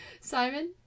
Simon